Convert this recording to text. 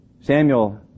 Samuel